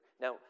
Now